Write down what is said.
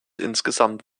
insgesamt